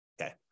Okay